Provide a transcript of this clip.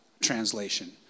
translation